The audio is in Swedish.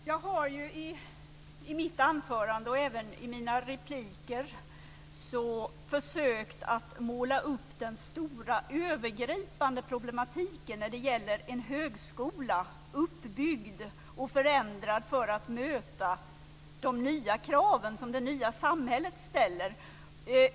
Fru talman! Jag har i mitt anförande och även i mina repliker försökt att måla upp den stora övergripande problematiken när det gäller en högskola uppbyggd och förändrad för att möta de nya krav som det nya samhället ställer.